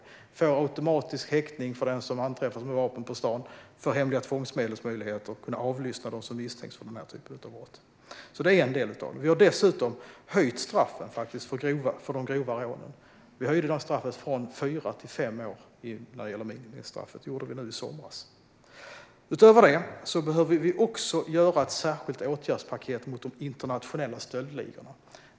Vi får automatisk häktning av den som anträffas med vapen på stan, och vi får även möjligheter till hemliga tvångsmedel så att man kan avlyssna dem som misstänks för den här typen av brott. Det är en del av det. Nu i somras höjde vi dessutom minimistraffet för de grova rånen från fyra till fem år. Utöver detta behöver vi också göra ett särskilt åtgärdspaket mot de internationella stöldligorna.